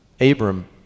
Abram